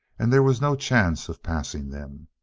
and there was no chance of passing them.